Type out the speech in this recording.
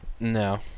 No